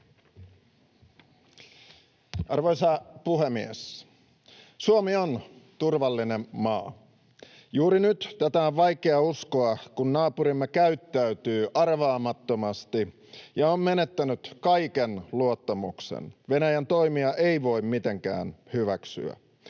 Arvoisa puhemies! Suomi on turvallinen maa. Juuri nyt tätä on vaikea uskoa, kun naapurimme käyttäytyy arvaamattomasti ja on menettänyt kaiken luottamuksen — Venäjän toimia ei voi mitenkään hyväksyä.